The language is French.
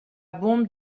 bombe